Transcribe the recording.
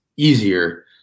easier